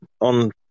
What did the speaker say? on